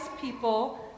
people